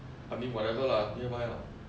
I mean whatever lah near by mah